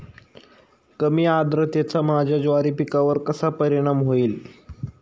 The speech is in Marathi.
कमी आर्द्रतेचा माझ्या ज्वारी पिकावर कसा परिणाम होईल?